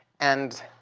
and